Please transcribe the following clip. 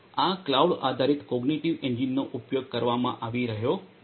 આ ક્લાઉડ આધારિત કોગ્નિટિવ એન્જિનનો ઉપયોગ કરવામાં આવી રહ્યો છે